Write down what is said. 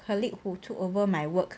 colleague who took over my work